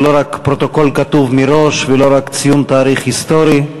לא רק פרוטוקול כתוב מראש ולא רק ציון תאריך היסטורי.